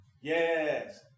Yes